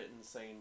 insane